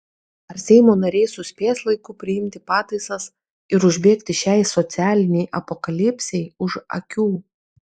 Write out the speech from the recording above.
ar seimo nariai suspės laiku priimti pataisas ir užbėgti šiai socialinei apokalipsei už akių